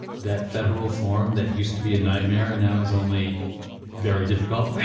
that federal form that used to be a nightmare and now is only very difficult? right,